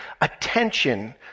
attention